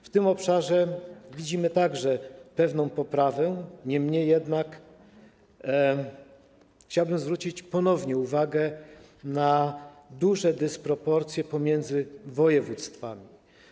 W tym obszarze widzimy także pewną poprawę, niemniej chciałbym zwrócić ponownie uwagę na duże dysproporcje pomiędzy województwami.